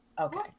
Okay